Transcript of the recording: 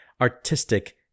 artistic